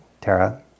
Tara